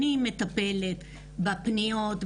אני מטפלת בפניות,